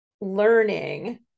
learning